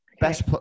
Best